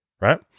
right